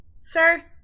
sir